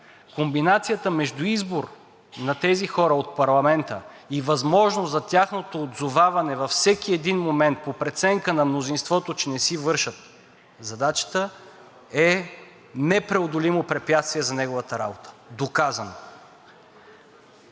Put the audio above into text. Комбинацията между избор на тези хора от парламента и възможност за тяхното отзоваване във всеки един момент по преценка на мнозинството, че не си вършат задачата, е непреодолимо препятствие за неговата работа – доказано.